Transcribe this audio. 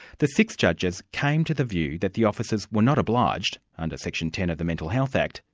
the six judges came to the view that the officers were not obliged, under section ten of the mental health act,